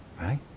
right